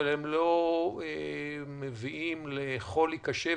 אבל הם לא מביאים לחולי קשה,